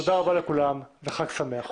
תודה רבה לכולם וחג שמח.